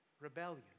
rebellion